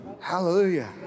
Hallelujah